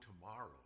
tomorrow